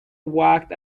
worked